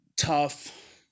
tough